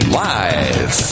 live